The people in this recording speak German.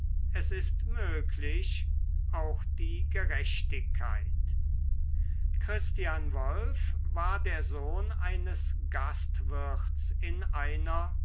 es ist möglich auch die gerechtigkeit christian wolf war der sohn eines gastwirts in einer